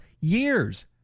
years